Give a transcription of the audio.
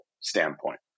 standpoint